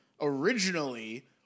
originally